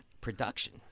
production